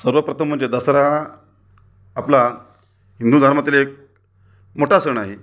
सर्वप्रथम म्हणजे दसरा आपला हिंदू धर्मातील एक मोठा सण आहे